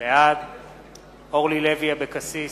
בעד אורלי לוי אבקסיס,